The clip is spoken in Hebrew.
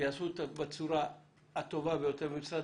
ויעשו אותה בצורה הטובה ביותר ומשרד